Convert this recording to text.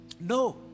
No